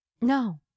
No